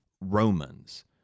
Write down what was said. Romans